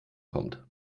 kommt